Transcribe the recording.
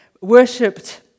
worshipped